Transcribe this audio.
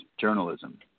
journalism